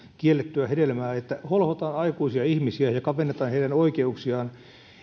kiellettyä hedelmää että holhotaan aikuisia ihmisiä ja kavennetaan heidän oikeuksiaan